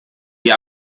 die